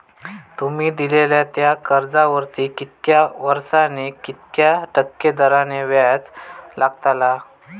तुमि दिल्यात त्या कर्जावरती कितक्या वर्सानी कितक्या टक्के दराने व्याज लागतला?